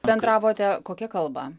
bendravote kokia kalba